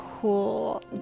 cool